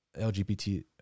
LGBT